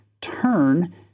turn